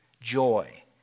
joy